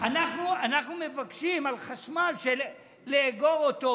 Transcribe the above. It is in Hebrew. אנחנו מבקשים לאגור חשמל,